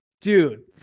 dude